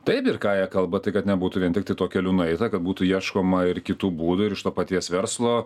taip ir ką jie kalba tai kad nebūtų vien tiktai tuo keliu nueita kad būtų ieškoma ir kitų būdų ir iš to paties verslo